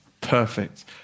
Perfect